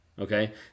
Okay